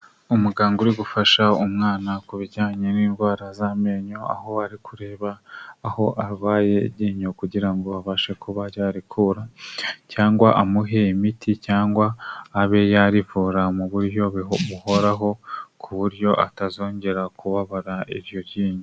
Umuganga uri gufasha umwana ku bijyanye n'indwara z'amenyo, aho ari kureba aho abarwaye iryinyo kugira ngo abashe kuba yarikura cyangwa amuhe imiti cyangwa abe yarivura mu buryo buhoraho ku buryo atazongera kubabara iryinyo.